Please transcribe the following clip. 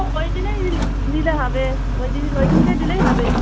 ও ওই দিনই নিলে হবে ওই দিন ওই দিনকে দিলেই হবে